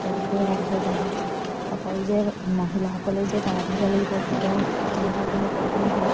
তেওঁলোকেও ৰান্ধে বাঢ়ে অকল যে মহিলাসকলেই যে বা ৰান্ধিব লাগিব তেওঁ তেনেকুৱা কোনো কথা নহয়